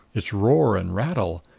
its roar and rattle.